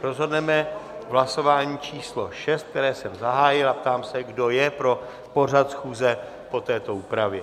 Rozhodneme v hlasování číslo 6, které jsem zahájil, a ptám se, kdo je pro pořad schůze po této úpravě.